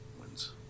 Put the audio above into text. wins